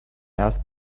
ask